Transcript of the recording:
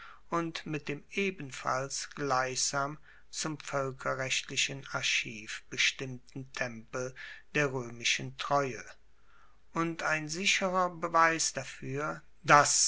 und mit dem ebenfalls gleichsam zum voelkerrechtlichen archiv bestimmten tempel der roemischen treue und ein sicherer beweis dafuer dass